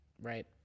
Right